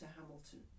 hamilton